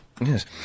Yes